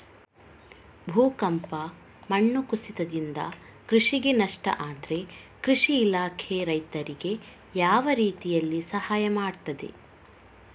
ಭೂಕಂಪ, ಮಣ್ಣು ಕುಸಿತದಿಂದ ಕೃಷಿಗೆ ನಷ್ಟ ಆದ್ರೆ ಕೃಷಿ ಇಲಾಖೆ ರೈತರಿಗೆ ಯಾವ ರೀತಿಯಲ್ಲಿ ಸಹಾಯ ಮಾಡ್ತದೆ?